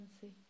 see